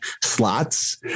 slots